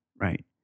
Right